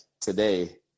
today